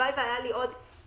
הלוואי והיו לי עוד 30-20,